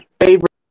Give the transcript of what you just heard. favorite